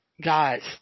guys